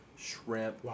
Shrimp